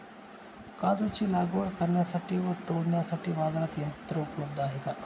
काजूची लागवड करण्यासाठी व तोडण्यासाठी बाजारात यंत्र उपलब्ध आहे का?